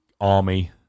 army